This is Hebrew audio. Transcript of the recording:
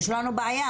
יש לנו בעיה,